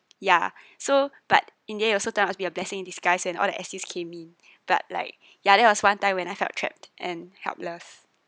ya so but in the end also turn out to be a blessing in disguise and all the came in but like ya that was one time when I felt trapped and helpless